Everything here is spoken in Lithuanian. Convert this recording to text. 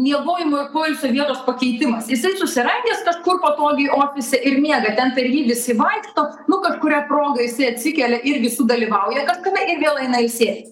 miegojimo ir poilsio vietos pakeitimas jisai susirangęs kažkur patogiai ofise ir miega ten per jį visi vaikšto nu kažkuria proga jisai atsikelia irgi sudalyvauja kažkame ir vėl eina ilsėtis